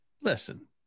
Listen